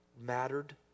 mattered